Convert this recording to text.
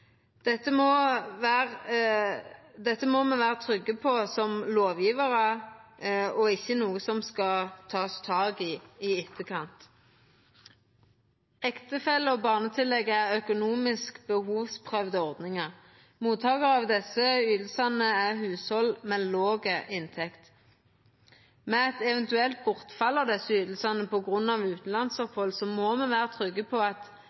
Dette må me vera trygge på som lovgjevarar. Det er ikkje noko som skal takast tak i i etterkant. Ektefelle- og barnetillegget er økonomisk behovsprøvde ordningar. Mottakarar av desse ytingane er hushald med låg inntekt. Med eit eventuelt bortfall av desse ytingane på grunn av utanlandsopphald må me vera trygge på